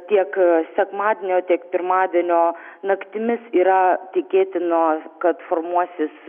tiek sekmadienio tiek pirmadienio naktimis yra tikėtina kad formuosis